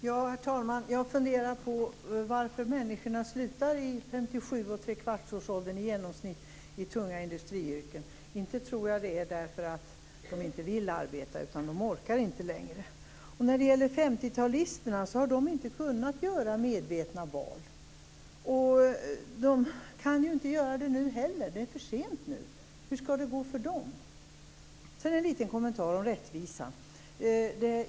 Herr talman! Jag funderar på varför människor i tunga industriyrken slutar arbeta vid i genomsnitt 57 års ålder. Jag tror inte att det beror på att de inte vill arbeta utan på att de inte orkar längre. 50-talisterna har inte kunnat göra medvetna val. De kan inte göra det nu heller. Det är för sent. Hur skall det gå för dem? Sedan en liten kommentar om rättvisa.